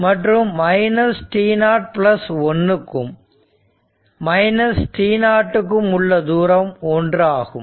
மற்றும் t0 1 க்கும் t0 க்கும் உள்ள தூரம் 1 ஆகும்